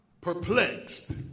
perplexed